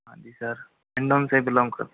हाँ जी सर इंदौर से ही बिलॉन्ग करता हूँ